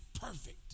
perfect